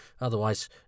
otherwise